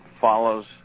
follows